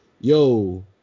yo